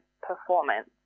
performance